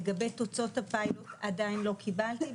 לגבי תוצאות הפיילוט, עדיין לא קיבלתי.